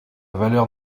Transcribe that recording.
valeur